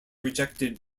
rejected